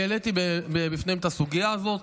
העליתי בפניהם את הסוגיה הזאת.